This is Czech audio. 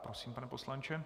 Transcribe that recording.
Prosím, pane poslanče.